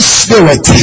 spirit